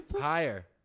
Higher